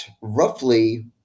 roughly